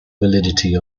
validity